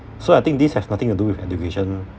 so I think this has nothing to do with education